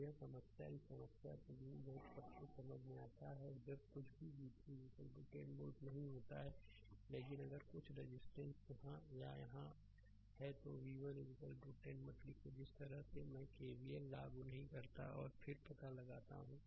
तो यह समस्या इस समस्या को उम्मीद है कि सब कुछ समझ में आता है और जब कुछ भी v3 10 वोल्ट नहीं होता है लेकिन अगर कुछ रजिस्टेंस यहाँ या यहाँ है तो v1 10 मत लिखो जिस तरह से मैं केवीएल लागू नहीं करता हूं और फिर पता लगाता हूं